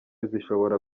zishobora